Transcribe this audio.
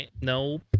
no